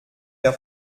der